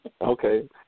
Okay